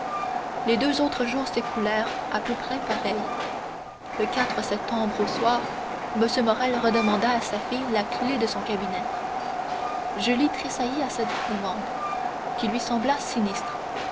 les deux autres jours s'écoulèrent à peu près pareils le septembre au soir m morrel redemanda à sa fille la clef de son cabinet julie tressaillit à cette demande qui lui sembla sinistre